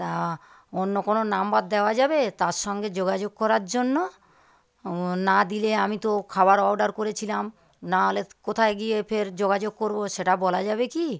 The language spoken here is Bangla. তা অন্য কোনও নাম্বার দেওয়া যাবে তার সঙ্গে যোগাযোগ করার জন্য না দিলে আমি তো খাবার অর্ডার করেছিলাম নাহলে কোথায় গিয়ে ফের যোগাযোগ করবো সেটা বলা যাবে কি